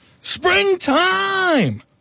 Springtime